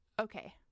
okay